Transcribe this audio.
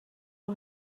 for